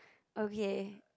okay